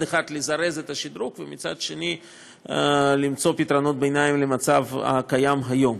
אחד לזרז את השדרוג ומצד שני למצוא פתרונות ביניים למצב הקיים היום.